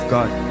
God